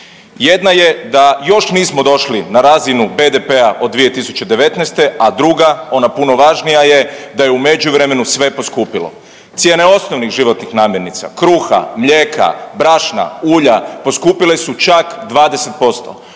Jedna je da još nismo došli na razinu BDP-a od 2019., a druga ona puno važnija je da je u međuvremenu sve poskupilo. Cijene osnovnih životnih namirnica, kruha, mlijeka, brašna, ulja, poskupile su čak 20%.